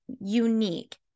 unique